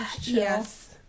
Yes